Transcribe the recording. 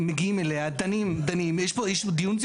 זה עושים בהתחלה, אחר כך מתקנים, דברים כאלה